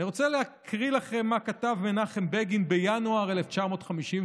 אני רוצה להקריא לכם מה כתב מנחם בגין בינואר 1954,